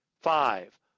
Five